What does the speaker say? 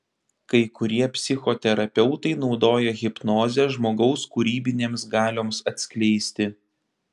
kai kurie psichoterapeutai naudoja hipnozę žmogaus kūrybinėms galioms atskleisti